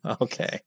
Okay